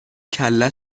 کله